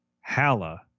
Halla